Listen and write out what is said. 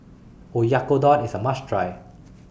Oyakodon IS A must Try